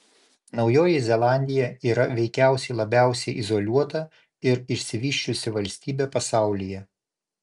naujoji zelandija yra veikiausiai labiausiai izoliuota ir išsivysčiusi valstybė pasaulyje